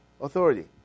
authority